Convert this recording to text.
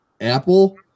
apple